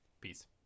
peace